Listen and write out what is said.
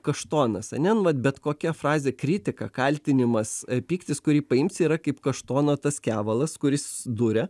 kaštonas ane nu vat bet kokia frazė kritika kaltinimas ar pyktis kurį paims yra kaip kaštono tas kevalas kuris duria